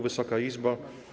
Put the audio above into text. Wysoka Izbo!